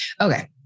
okay